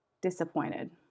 disappointed